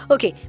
Okay